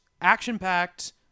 action-packed